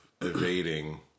evading